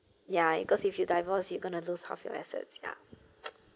ya because if you divorce you gonna lose half your assets ya